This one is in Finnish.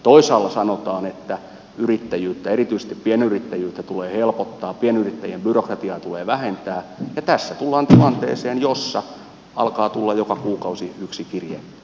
toisaalla sanotaan että yrittäjyyttä erityisesti pienyrittäjyyttä tulee helpottaa pienyrittäjän byrokratiaa tulee vähentää ja tässä tullaan tilanteeseen jossa alkaa tulla joka kuukausi yksi kirje lisää